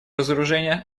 разоружения